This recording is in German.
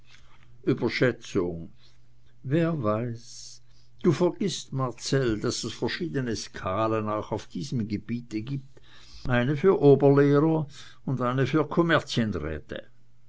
überschätzung wer weiß du vergißt marcell daß es verschiedene skalen auch auf diesem gebiete gibt eine für oberlehrer und eine für